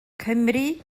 cymry